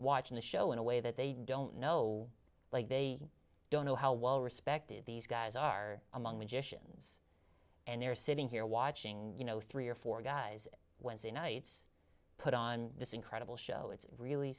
watching the show in a way that they don't know like they don't know how well respected these guys are among magicians and they're sitting here watching you know three or four guys wednesday nights put on this incredible show it's really